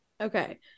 Okay